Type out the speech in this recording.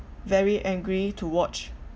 very angry to watch